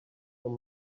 your